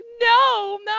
no